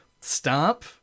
stop